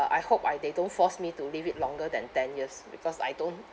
I hope I they don't force me to leave it longer than ten years because I don't